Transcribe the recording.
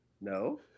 no